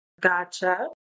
Gotcha